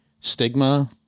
stigma